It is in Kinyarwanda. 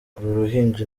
ruhinja